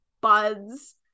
buds